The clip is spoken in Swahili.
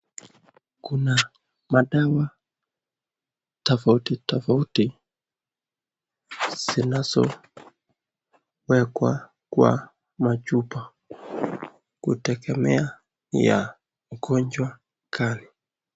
Kuna madawa tafauti tafauti zinazo wekwa kwa machupa kutengeneza ni ya ugonjwa ngani.